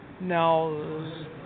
Now